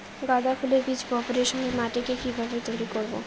গাদা ফুলের বীজ বপনের সময় মাটিকে কিভাবে তৈরি করব?